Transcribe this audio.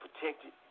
protected